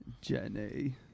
Jenny